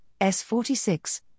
S46